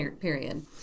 period